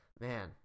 Man